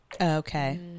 Okay